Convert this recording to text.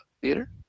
Theater